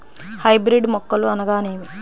Hybrid మొక్కలు అనగానేమి?